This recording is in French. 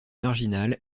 marginale